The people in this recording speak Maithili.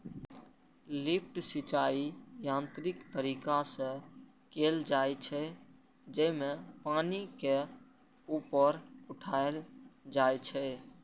लिफ्ट सिंचाइ यांत्रिक तरीका से कैल जाइ छै, जेमे पानि के ऊपर उठाएल जाइ छै